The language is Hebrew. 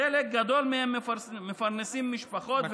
חלק גדול מהם מפרנסים משפחות,